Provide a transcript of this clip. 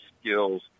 skills